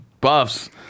buffs